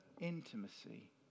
intimacy